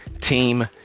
team